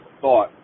thought